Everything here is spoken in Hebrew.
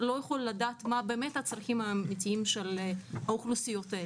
לא יכול לדעת מה הצרכים האמיתיים של האוכלוסיות האלה.